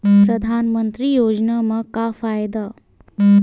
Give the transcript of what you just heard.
परधानमंतरी योजना म का फायदा?